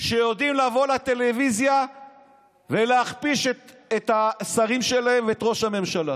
שיודעים לבוא לטלוויזיה ולהכפיש את השרים שלהם ואת ראש הממשלה,